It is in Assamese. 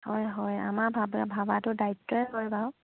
হয় হয় আমাৰ ভবাটো দায়িত্বই হয় বাৰু